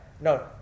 No